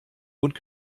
und